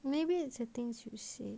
maybe it's the things you see